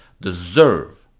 deserve